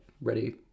ready